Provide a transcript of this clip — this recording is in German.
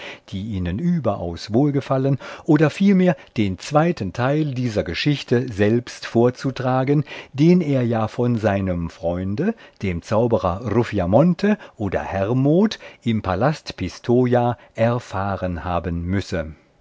die ihnen überaus wohlgefallen oder vielmehr den zweiten teil dieser geschichte selbst vorzutragen den er ja von seinem freunde dem zauberer ruffiamonte oder hermod im palast pistoja erfahren haben müsse